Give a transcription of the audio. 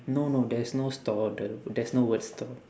no no there's no store the there's no word store